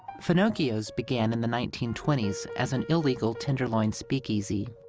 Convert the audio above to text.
finocchio's began in the nineteen twenty s as an illegal tenderloin speakeasy.